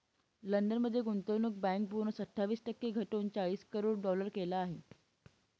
London मध्ये गुंतवणूक bank bonus अठ्ठावीस टक्के घटवून चाळीस करोड डॉलर केला आहे